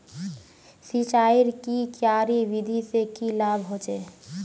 सिंचाईर की क्यारी विधि से की लाभ होचे?